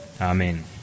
Amen